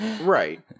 right